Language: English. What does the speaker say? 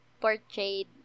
portrayed